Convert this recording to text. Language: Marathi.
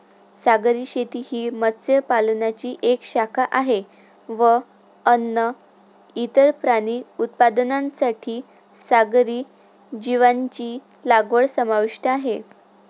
सागरी शेती ही मत्स्य पालनाची एक शाखा आहे व अन्न, इतर प्राणी उत्पादनांसाठी सागरी जीवांची लागवड समाविष्ट आहे